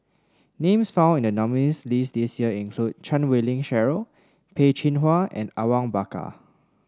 names found in the nominees' list this year include Chan Wei Ling Cheryl Peh Chin Hua and Awang Bakar